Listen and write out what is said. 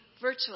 virtually